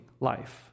life